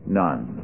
none